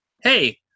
hey